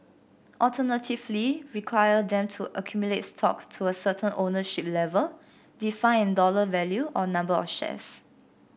alternatively require them to accumulate stock to a certain ownership level defined in dollar value or number of shares